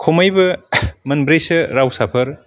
खमैबो मोनब्रैसो रावसाफोर